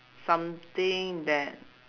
something that